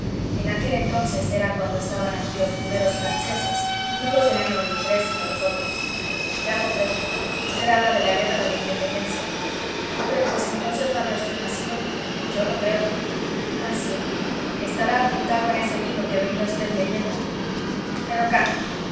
en aquel entonces era cuando estaban aquí los primeros franceses no los del año sino los otros ya comprendo usted habla de la guerra de la independencia hombre pues entonces no había v nacido yo lo creo ah sí estará apuntado en ese libro que venía v leyendo pero ca